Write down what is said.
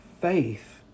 faith